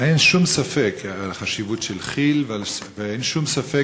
אין שום ספק בחשיבות של כי"ל ואין שום ספק